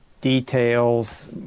details